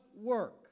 work